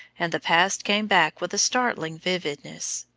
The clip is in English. and the past came back with a startling vividness.